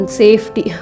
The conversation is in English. safety